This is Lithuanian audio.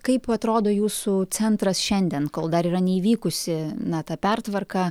kaip atrodo jūsų centras šiandien kol dar yra neįvykusi na ta pertvarka